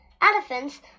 Elephants